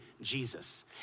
Jesus